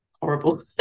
horrible